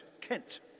Kent